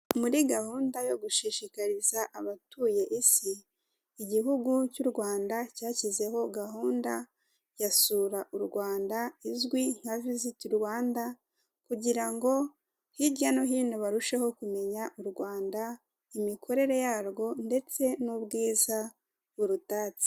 Muri gahunda yo gushishikariza abatuye Isi, Igihugu cy'u Rwanda cyashyizeho gahunda ya sura u Rwanda izwi nka Visit Rwanda kugira ngo hirya no hino barusheho kumenya u Rwanda, imikorere yarwo ndetse n'ubwiza burutatse.